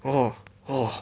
orh orh